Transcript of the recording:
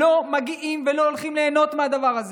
שלא מגיעים ולא הולכים ליהנות מהדבר הזה,